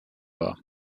war